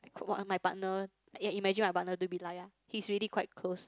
what uh my partner imagine what my partner to be like ah he's really quite close